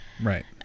Right